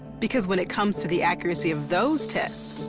because when it comes to the accuracy of those tests,